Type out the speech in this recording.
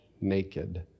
naked